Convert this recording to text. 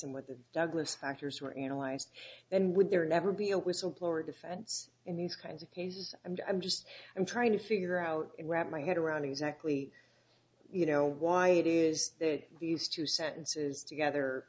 and what the douglas factors were analyzed and would there never be a whistleblower defense in these kinds of cases and i'm just i'm trying to figure out and wrap my head around exactly you know why it is that these two sentences together